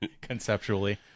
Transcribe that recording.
conceptually